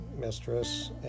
mistress